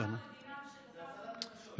בזה הרגע גזרנו את דינם של, ילדים.